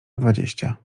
dwadzieścia